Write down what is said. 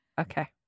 Okay